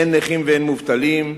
אין נכים ואין מובטלים,